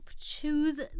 choose